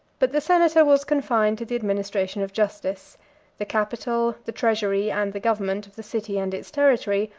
but the senator was confined to the administration of justice the capitol, the treasury, and the government of the city and its territory,